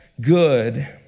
good